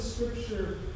Scripture